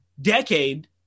decade